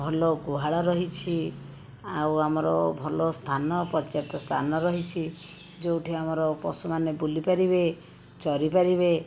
ଭଲ ଗୁହାଳ ରହିଛି ଆଉ ଆମର ଭଲ ସ୍ଥାନ ପର୍ଯ୍ୟାପ୍ତ ସ୍ଥାନ ରହିଛି ଯେଉଁଠି ଆମର ପଶୁମାନେ ବୁଲିପାରିବେ ଚରିପାରିବେ